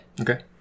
Okay